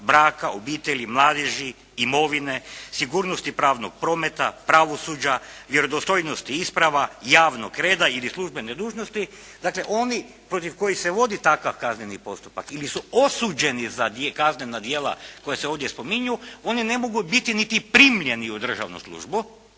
braka, obitelji, mladeži, imovine, sigurnosti pravnog prometa, pravosuđa, vjerodostojnosti isprava, javnog reda ili službene dužnosti, dakle oni protiv kojih se vodi takav kazneni postupak ili su osuđeni za kaznena djela koja se ovdje spominju, oni ne mogu biti niti primljeni u državnu službu.